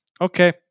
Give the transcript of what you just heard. okay